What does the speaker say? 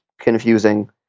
confusing